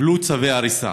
צווי הריסה,